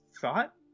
thought